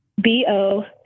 B-O